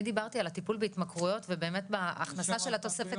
אני טיפלתי על הטיפול בהתמכרויות ובאמת בהכנסה של התוספת